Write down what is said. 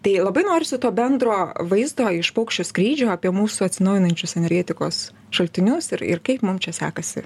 tai labai norisi to bendro vaizdo iš paukščio skrydžio apie mūsų atsinaujinančius energetikos šaltinius ir ir kaip mums čia sekasi